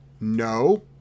No